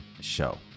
Show